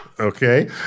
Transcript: Okay